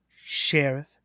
Sheriff